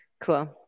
Cool